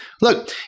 look